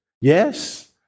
yes